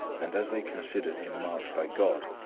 and as they considered him marked by god,